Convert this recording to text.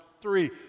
Three